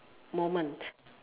moment